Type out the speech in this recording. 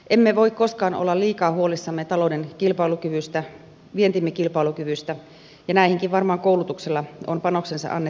emme voi koskaan olla liikaa huolissamme talouden kilpailukyvystä vientimme kilpailukyvystä ja näihinkin varmaan koulutuksella on panoksensa annettavana